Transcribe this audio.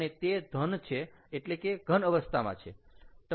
અને તે ધન છે એટલે કે ઘન અવસ્થામાં છે